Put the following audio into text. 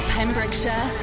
Pembrokeshire